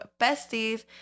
besties